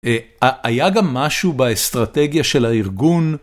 היה גם משהו באסטרטגיה של הארגון.